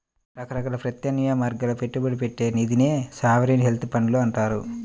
రకరకాల ప్రత్యామ్నాయ మార్గాల్లో పెట్టుబడి పెట్టే నిధినే సావరీన్ వెల్త్ ఫండ్లు అంటారు